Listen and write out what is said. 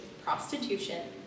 prostitution